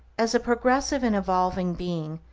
as a progressive and evolving being,